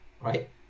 Right